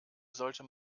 sollte